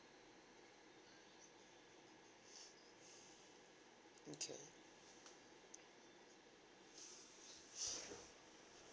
okay